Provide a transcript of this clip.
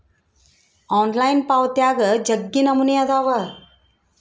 online ಪಾವಾತ್ಯಾಗ ಜಗ್ಗಿ ನಮೂನೆ ಅದಾವ